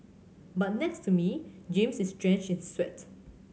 but next to me James is drenched in sweat